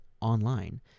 online